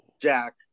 Jack